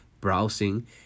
browsing